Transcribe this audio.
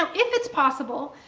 um if it's possible,